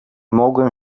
mogłem